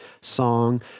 song